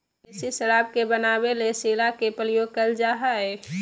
देसी शराब के बनावे ले शीरा के प्रयोग कइल जा हइ